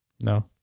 No